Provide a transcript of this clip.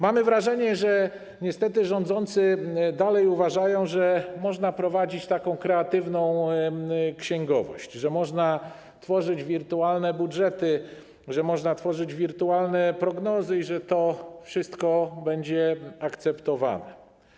Mamy wrażenie, że niestety rządzący dalej uważają, że można prowadzić taką kreatywną księgowość, że można tworzyć wirtualne budżety, że można tworzyć wirtualne prognozy i że to wszystko będzie akceptowane.